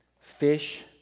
fish